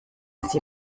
sie